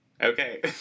Okay